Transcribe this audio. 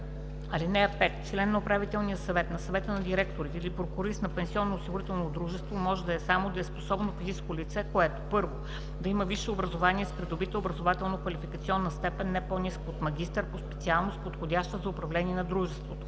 (5) Член на управителния съвет, на съвета на директорите или прокурист на пенсионноосигурителното дружество може да е само дееспособно физическо лице, което: 1. има висше образование с придобита образователно-квалификационна степен, не по-ниска от „магистър“, по специалност, подходяща за управление на дружеството;